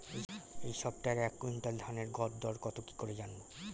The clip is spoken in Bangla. এই সপ্তাহের এক কুইন্টাল ধানের গর দর কত কি করে জানবো?